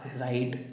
right